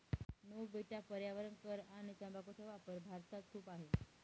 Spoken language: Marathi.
नो बेटा पर्यावरण कर आणि तंबाखूचा वापर भारतात खूप आहे